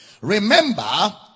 remember